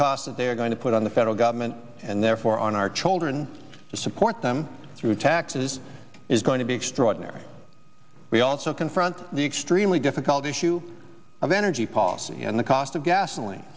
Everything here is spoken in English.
that they are going to put on the federal government and therefore on our children to support them through taxes is going to be extraordinary we also confront the extremely difficult issue of energy policy and the cost of gasoline